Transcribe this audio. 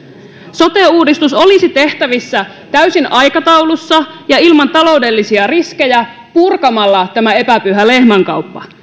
sote uudistus olisi tehtävissä täysin aikataulussa ja ilman taloudellisia riskejä purkamalla tämä epäpyhä lehmänkauppa